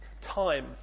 time